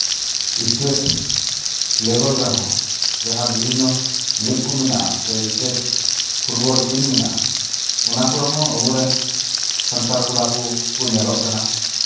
state ᱞᱮᱵᱮᱞ ᱨᱮᱦᱚᱸ ᱡᱟᱦᱟᱸ ᱵᱤᱵᱷᱤᱱᱱᱚ ᱞᱤᱠ ᱠᱚ ᱢᱮᱱᱟᱜᱼᱟ ᱥᱮ ᱮᱥᱴᱮᱴ ᱯᱷᱩᱴᱵᱚᱞ ᱴᱤᱢ ᱢᱮᱱᱟᱜᱼᱟ ᱚᱱᱟ ᱠᱚᱨᱮ ᱦᱚᱸ ᱟᱵᱚ ᱨᱮᱱ ᱥᱟᱱᱛᱟᱲ ᱠᱚᱲᱟ ᱠᱚ ᱧᱮᱞᱚᱜ ᱠᱟᱱᱟ